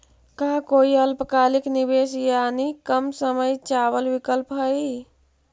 का कोई अल्पकालिक निवेश यानी कम समय चावल विकल्प हई?